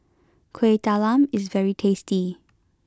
Kueh Talam is very tasty